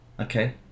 Okay